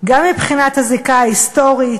גם מבחינת הזיקה ההיסטורית,